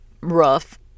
rough